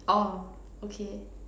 orh okay